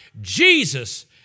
Jesus